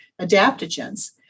adaptogens